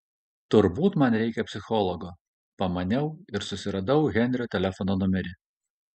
turbūt man reikia psichologo pamaniau ir susiradau henrio telefono numerį